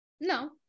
No